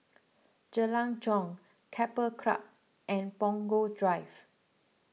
Jalan Jong Keppel Club and Punggol Drive